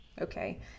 Okay